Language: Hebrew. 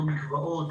לא מקוואות,